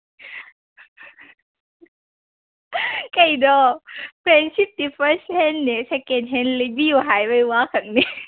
ꯀꯩꯅꯣ ꯐ꯭ꯔꯦꯟꯁꯤꯞꯇꯤ ꯐꯥꯔꯁ ꯍꯦꯟꯅꯦ ꯁꯦꯀꯦꯟ ꯍꯦꯟ ꯂꯩꯕꯤꯌꯣ ꯍꯥꯏꯕꯒꯤ ꯋꯥ ꯈꯛꯅꯦ